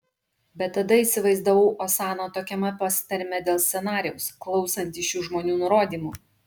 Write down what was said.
bet tada įsivaizdavau osaną tokiame pasitarime dėl scenarijaus klausantį šių žmonių nurodymų